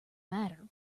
matter